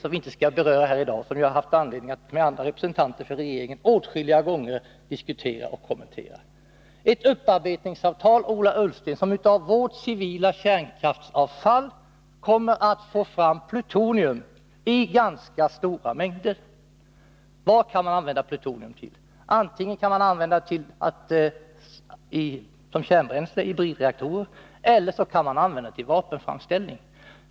Vi skall inte beröra det i dag — jag har haft anledning att diskutera det åtskilliga gånger med representanter för regeringen. Av vårt civila kärnkraftsavfall kommer man att få fram plutonium i ganska stora mängder. Vad kan man använda plutonium till? Man kan använda det antingen som kärnbränsle i bridreaktorer eller till vapenframställning.